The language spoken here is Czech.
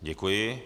Děkuji.